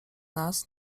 nas